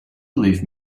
leave